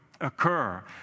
occur